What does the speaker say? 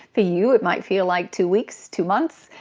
for you it might feel like two weeks. two months.